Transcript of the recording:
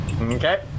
Okay